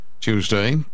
Tuesday